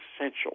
essential